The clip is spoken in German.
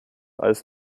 als